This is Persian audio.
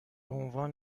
عنوان